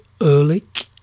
Ehrlich